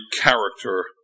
character